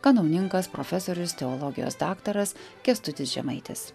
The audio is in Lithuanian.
kanauninkas profesorius teologijos daktaras kęstutis žemaitis